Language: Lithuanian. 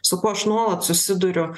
su kuo aš nuolat susiduriu